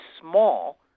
small